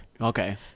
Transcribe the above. Okay